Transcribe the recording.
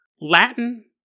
Latin